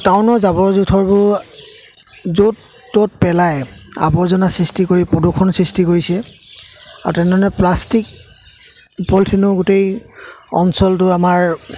টাউনৰ জাবৰ জোঁথৰবোৰ য'ত ত'ত পেলাই আৱৰ্জনা সৃষ্টি কৰি প্ৰদূষণ সৃষ্টি কৰিছে আৰু তেনেধৰণে প্লাষ্টিক পলিথিনো গোটেই অঞ্চলটো আমাৰ